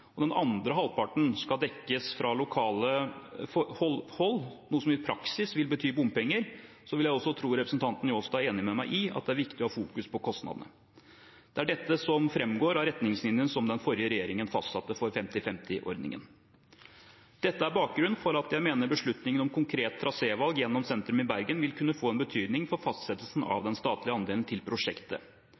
og den andre halvparten skal dekkes fra lokalt hold, noe som i praksis vil bety bompenger, vil jeg også tro at representanten Njåstad er enig med meg i at det er viktig å fokusere på kostnadene. Det er dette som framgår av retningslinjene som den forrige regjeringen fastsatte for 50–50-ordningen. Dette er bakgrunnen for at jeg mener beslutningen om konkret trasévalg gjennom sentrum i Bergen vil kunne få en betydning for fastsettelsen av den statlige andelen til prosjektet.